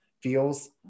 feels